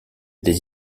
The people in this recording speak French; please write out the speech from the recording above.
des